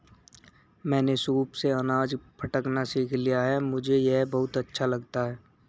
मैंने सूप से अनाज फटकना सीख लिया है मुझे यह बहुत अच्छा लगता है